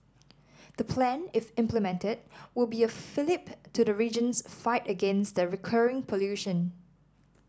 the plan if implemented will be a fillip to the region's fight against the recurring pollution